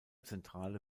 zentrale